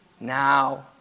Now